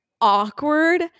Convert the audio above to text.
awkward